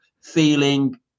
feeling